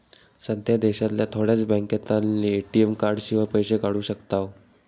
सध्या देशांतल्या थोड्याच बॅन्कांतल्यानी ए.टी.एम कार्डशिवाय पैशे काढू शकताव